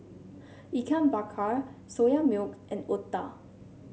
Ikan Bakar Soya Milk and otah